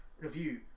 review